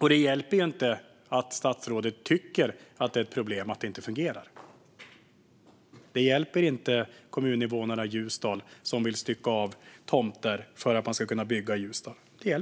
Det hjälper inte att statsrådet tycker att det är ett problem att det inte fungerar. Det hjälper inte kommuninvånarna i Ljusdal, som vill stycka av tomter för att kunna bygga där.